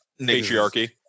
Patriarchy